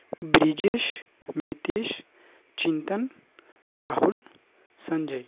Brijesh Mitesh Chintan Rahul Sanjay